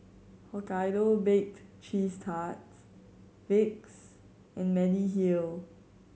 Hokkaido Bake Cheese Tarts Vicks and Mediheal